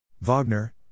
Wagner